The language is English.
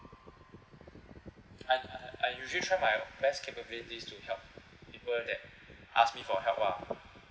I I usually try my best capabilities to help people that asked me for help lah